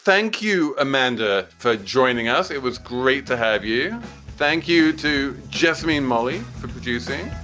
thank you, amanda, for joining us. it was great to have you thank you to just me and molly for producing.